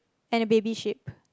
and a baby sheep